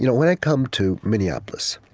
you know when i come to minneapolis,